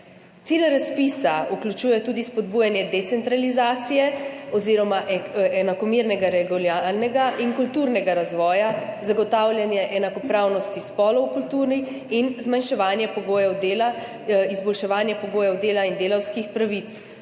Cilj razpisa vključuje tudi spodbujanje decentralizacije oziroma enakomernega regionalnega in kulturnega razvoja, zagotavljanje enakopravnosti spolov v kulturi in izboljševanje pogojev dela in delavskih pravic,